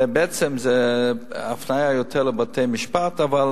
בעצם הפנייה היא יותר לבתי-משפט, אבל